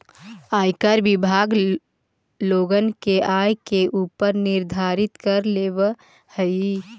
आयकर विभाग लोगन के आय के ऊपर निर्धारित कर लेवऽ हई